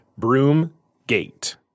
Broomgate